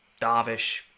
Darvish